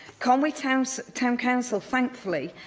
conwy town so town council, thankfully,